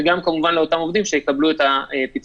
וגם במשרדים ציבוריים ייגרם להם אותו עוול,